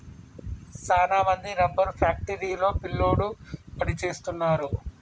సాన మంది rubber factory లో పిల్లోడు పని సేస్తున్నారు